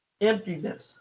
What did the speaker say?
emptiness